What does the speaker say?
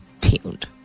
tuned